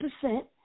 percent